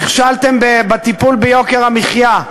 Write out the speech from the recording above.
נכשלתם בטיפול ביוקר המחיה,